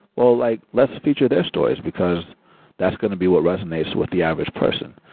well, like let's feature their stories, because that's going to be what resonates with the average person.